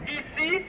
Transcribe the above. ici